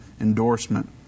endorsement